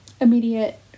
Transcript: immediate